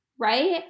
right